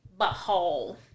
Butthole